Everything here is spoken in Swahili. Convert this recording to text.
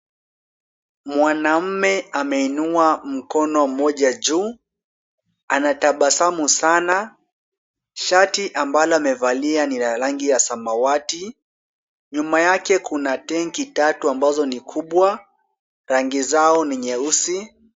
Mwanaume ameniua mkono mmoja juu, anatabasamu sana. Shati ambalo amevalia ni ya rangi ya samawati. Nyuma yake Kuna tenki tatu ambazo ni kubwa sana na rangi zao ni nyeusi.